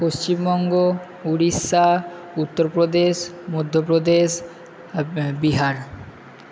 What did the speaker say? Paschimbanga Orissa Uttar Pradesh Madhya Pradesh Bihar